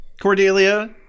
Cordelia